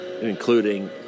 including